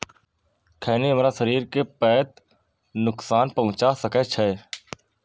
खैनी हमरा शरीर कें पैघ नुकसान पहुंचा सकै छै